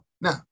Now